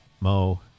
Mo